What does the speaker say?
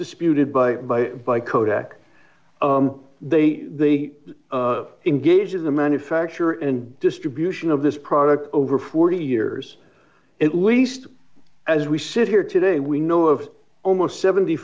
disputed by by by kodak they engage in the manufacture and distribution of this product over forty years at least as we sit here today we know of almost seventy